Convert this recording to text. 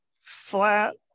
flat